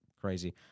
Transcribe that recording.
crazy